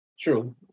True